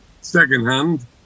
secondhand